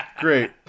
great